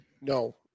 no